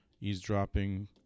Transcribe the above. eavesdropping